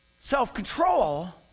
self-control